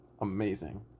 amazing